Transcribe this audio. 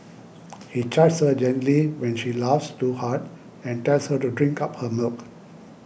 he chides her gently when she laughs too hard and tells her to drink up her milk